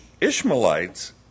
Ishmaelites